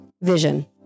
Vision